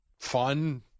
fun